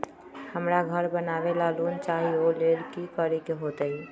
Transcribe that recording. हमरा घर बनाबे ला लोन चाहि ओ लेल की की करे के होतई?